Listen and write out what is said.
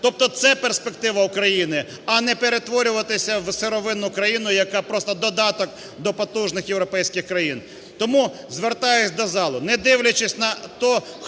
Тобто це перспектива України, а не перетворюватися в сировинну країну, яка просто додаток до потужних європейських країн. Тому звертаюсь до залу, не дивлячись на те, хто